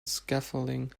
scaffolding